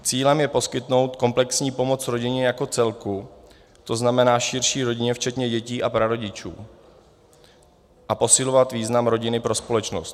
Cílem je poskytnout komplexní pomoc rodině jako celku, to znamená širší rodině včetně dětí a prarodičů, a posilovat význam rodiny pro společnost.